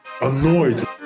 annoyed